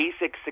basic